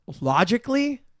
logically